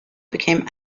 became